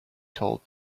told